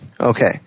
Okay